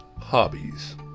hobbies